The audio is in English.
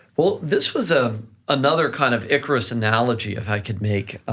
well, this was a another kind of icarus analogy, if i could make,